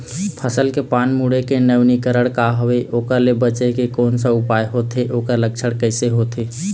फसल के पान मुड़े के नवीनीकरण का हवे ओकर ले बचे के कोन सा उपाय होथे ओकर लक्षण कैसे होथे?